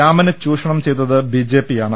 രാമനെ ചൂഷണം ചെയ്തത് ബിജെപിയാണ്